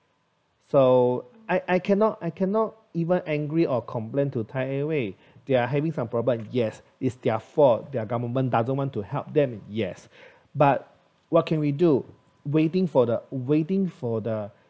so I I cannot I cannot even angry or complain to thai airways they are having some problems yes is their fault their government doesn't want to help them yes but what can we do waiting for the waiting for the